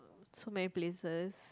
so many places